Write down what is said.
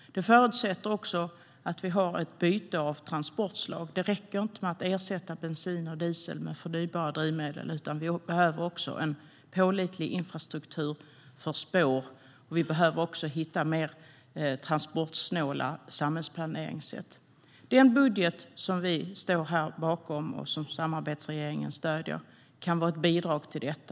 Det förutsätter också att vi har ett byte av transportslag. Det räcker inte att ersätta bensin och diesel med förnybara drivmedel, utan vi behöver också en pålitlig infrastruktur för spår, och vi behöver också hitta mer transportsnåla samhällsplaneringssätt. Den budget som samarbetsregeringen står för kan vara ett bidrag till detta.